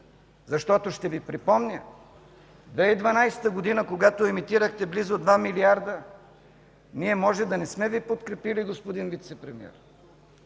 защото, ще Ви припомня, през 2012 г., когато емитирахте близо 2 милиарда, ние може да не сме Ви подкрепили, господин Вицепремиер,